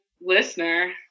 listener